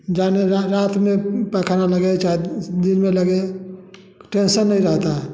जाने रात में पैखाना लगे चाहे दिन में लगे टेंसन नहीं रहता है